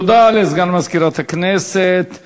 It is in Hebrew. תודה לסגן מזכירת הכנסת.